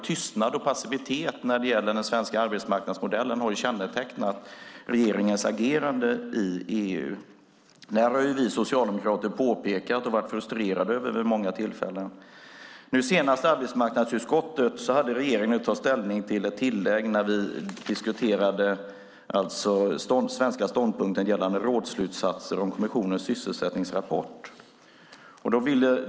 Tystnad och passivitet när det gäller den svenska arbetsmarknadsmodellen har kännetecknat regeringens agerande i EU. Detta har vi socialdemokrater påpekat och varit frustrerade över vid många tillfällen. Nu senast i arbetsmarknadsutskottet hade regeringen att ta ställning till ett tillägg när vi diskuterade den svenska ståndpunkten gällande rådsslutsatser om kommissionens sysselsättningsrapport.